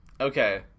Okay